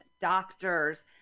doctors